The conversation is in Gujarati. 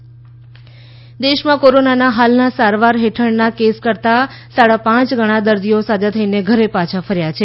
કોવિડ રાષ્ટ્રીય દેશમાં કોરોનાના હાલના સારવાર હેઠળના કેસ કરતાં સાડા પાંચ ગણા દર્દીઓ સાજા થઈને ઘરે પાછા ફર્યા છે